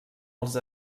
els